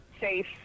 safe